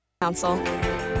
council